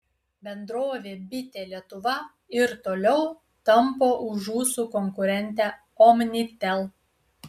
bendrovė bitė lietuva ir toliau tampo už ūsų konkurentę omnitel